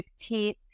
15th